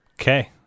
Okay